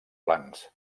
plans